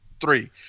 three